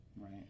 Right